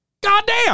Goddamn